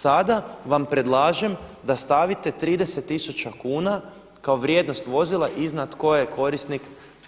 Sada vam predlažem da stavite 30 tisuća kuna kao vrijednost vozila iznad koje korisnik